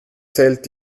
zählt